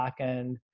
backend